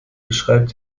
beschreibt